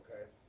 okay